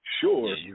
Sure